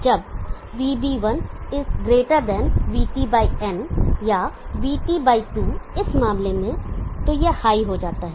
जब VB1 VTn या VT2 इस मामले में तो यह हाई हो जाता है